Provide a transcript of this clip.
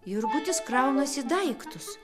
jurgutis kraunasi daiktus